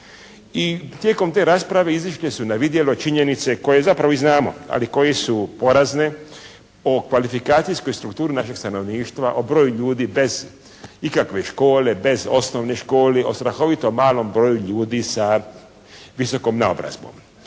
i tijekom te rasprave izišle su na vidjelo činjenice koje zapravo i znamo ali koje su porazne, o kvalifikacijskoj strukturi našeg stanovništva, o broju ljudi bez ikakve škole, bez osnovne škole, o strahovito malom broju ljudi sa visokom naobrazbom.